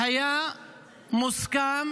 היה מוסכם